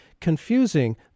Confusing